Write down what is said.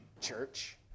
church